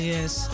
Yes